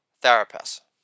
therapist